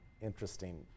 interesting